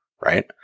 Right